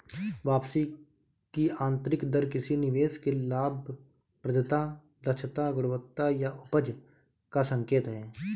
वापसी की आंतरिक दर किसी निवेश की लाभप्रदता, दक्षता, गुणवत्ता या उपज का संकेत है